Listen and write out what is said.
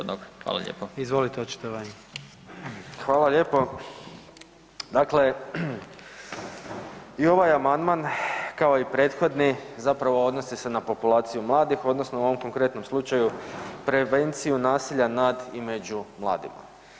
Dakle, i ovaj amandman kao i prethodni zapravo odnosi se na populaciju mladih odnosno u ovom konkretnom slučaju prevenciju nasilja nad i među mladima.